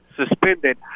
suspended